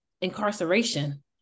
incarceration